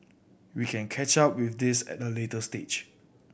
we can catch up with this at a later stage